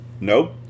Nope